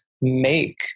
make